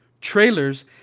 trailers